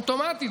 אוטומטית,